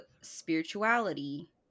spirituality